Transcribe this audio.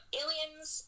aliens